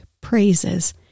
praises